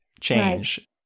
change